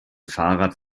fahrrad